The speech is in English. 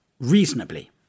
reasonably